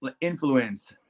influence